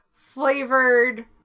flavored